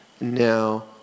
Now